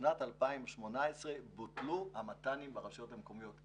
בשנת 2018 בוטלו המת"נים ברשויות המקומיות.